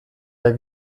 der